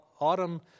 Autumn